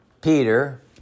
Peter